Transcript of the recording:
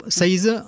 size